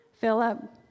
Philip